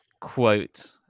quote